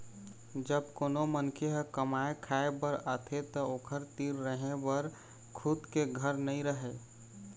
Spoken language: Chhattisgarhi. जब कोनो मनखे ह कमाए खाए बर आथे त ओखर तीर रहें बर खुद के घर नइ रहय